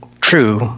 true